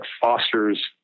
fosters